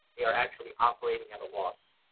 they are actually operating at a loss.